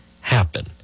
happen